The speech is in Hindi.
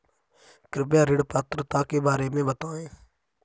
कृपया ऋण पात्रता के बारे में बताएँ?